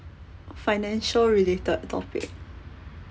financial related topic